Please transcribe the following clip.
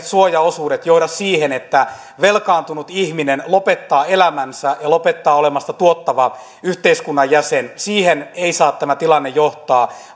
suojaosuudet johda siihen että velkaantunut ihminen lopettaa elämänsä ja lopettaa olemasta tuottava yhteiskunnan jäsen siihen ei saa tämä tilanne johtaa